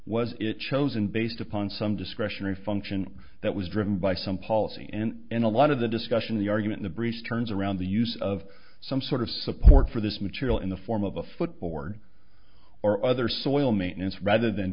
was it chosen based upon some discretionary function that was driven by some policy and in a lot of the discussion the argument the breach turns around the use of some sort of support for this material in the form of a foot board or other soil maintenance rather than